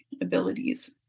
abilities